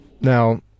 Now